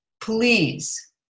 please